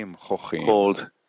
called